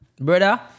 Brother